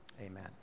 amen